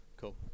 Cool